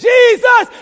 Jesus